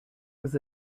was